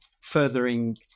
furthering